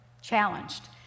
challenged